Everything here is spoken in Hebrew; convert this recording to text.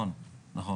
נכון.